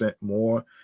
more